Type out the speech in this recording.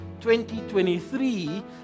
2023